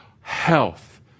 health